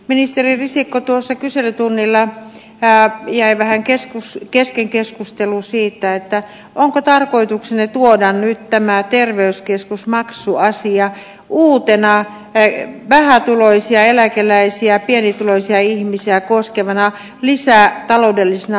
ministeri risikko tuossa kyselytunnilla jäi vähän kesken keskustelu siitä onko tarkoituksenne tuoda nyt tämä terveyskeskusmaksuasia uutena vähätuloisia eläkeläisiä pienituloisia ihmisiä koskevana lisätaloudellisena rasitteena